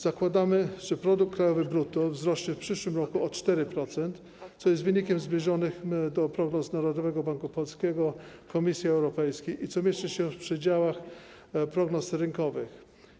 Zakładamy, że produkt krajowy brutto wzrośnie w przyszłym roku o 4%, co jest wynikiem zbliżonym do prognoz Narodowego Banku Polskiego, Komisji Europejskiej i co mieści się w przedziałach prognoz rynkowych.